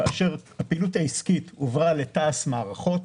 כאשר הפעילות העסקית הועברה לתע"ש מערכות.